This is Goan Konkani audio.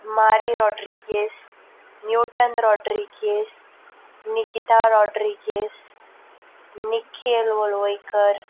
मारी रोड्रीगीस न्युटन रोड्रीगीस निकिता रोड्रीगीस मिखेन वळवयकर